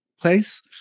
place